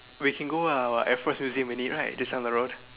we can go ah what air force museum unit right just down the road